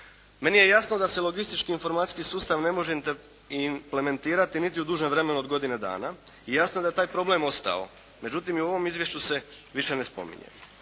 Meni je jasno da se logistički informacijski sustav ne može implementirati niti u dužem vremenu od godine dana. I jasno je da je taj problem ostao. Međutim, i u ovom izvješću se više ne spominje.